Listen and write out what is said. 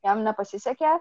jam nepasisekė